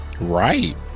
Right